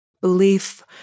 Belief